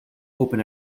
open